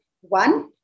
One